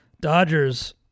Dodgers